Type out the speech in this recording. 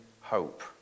hope